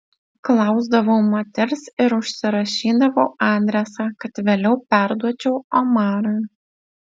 klausdavau moters ir užsirašydavau adresą kad vėliau perduočiau omarui